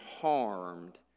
harmed